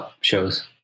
shows